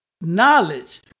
knowledge